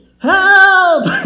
Help